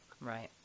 Right